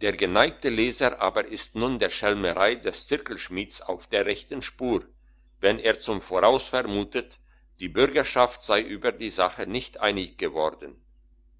der geneigte leser aber ist nun der schelmerei des zirkelschmieds auf der rechten spur wenn er zum voraus vermutet die bürgerschaft sei über die sache nicht einig geworden